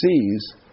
sees